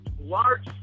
large